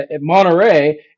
Monterey